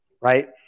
right